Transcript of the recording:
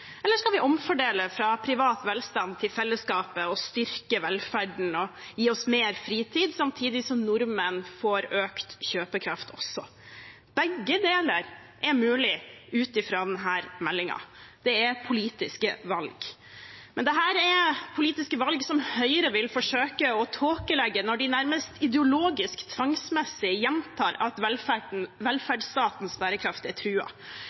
Eller skal vi omfordele fra privat velstand til fellesskapet, styrke velferden og gi oss mer fritid, samtidig som nordmenn også får økt kjøpekraft? Begge deler er mulig ut fra denne meldingen. Det er politiske valg. Men dette er politiske valg som Høyre vil forsøke å tåkelegge når de nærmest ideologisk tvangsmessig gjentar at velferdsstatens bærekraft er